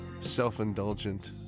self-indulgent